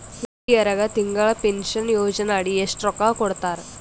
ಹಿರಿಯರಗ ತಿಂಗಳ ಪೀನಷನಯೋಜನ ಅಡಿ ಎಷ್ಟ ರೊಕ್ಕ ಕೊಡತಾರ?